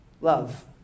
love